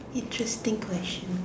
interesting question